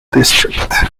district